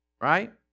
Right